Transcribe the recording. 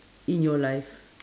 in your life